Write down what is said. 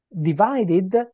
divided